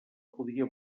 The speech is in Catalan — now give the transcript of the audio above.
podia